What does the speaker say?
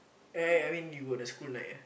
eh eh I mean you got the school night ah